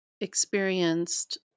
experienced